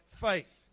faith